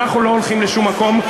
אנחנו לא הולכים לשום מקום.